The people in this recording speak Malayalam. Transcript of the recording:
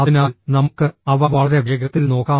അതിനാൽ നമുക്ക് അവ വളരെ വേഗത്തിൽ നോക്കാം